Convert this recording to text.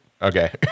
Okay